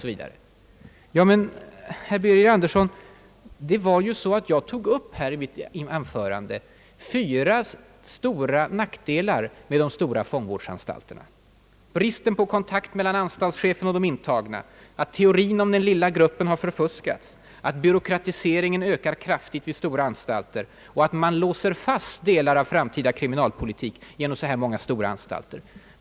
Men, herr Birger Andersson, jag tog ju i mitt anförande upp fyra stora nackdelar med de stora fångvårdsanstalterna: bristen på kontakt mellan anstaltschefen och de intagna, att teorin om den lilla gruppen har förfuskats, att byråkratiseringen ökar kraftigt vid stora anstalter och att man låser fast delar av framtida kriminalpolitik genom så här många stora anstalter.